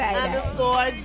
underscore